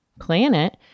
planet